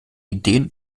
ideen